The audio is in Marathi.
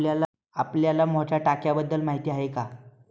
आपल्याला मोठ्या टाक्यांबद्दल माहिती आहे का?